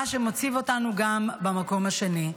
מה שמציב אותנו גם במקום השני.